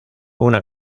una